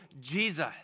Jesus